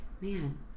man